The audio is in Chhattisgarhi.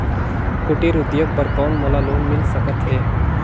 कुटीर उद्योग बर कौन मोला लोन मिल सकत हे?